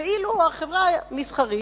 החברה המסחרית,